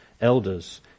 elders